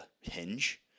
hinge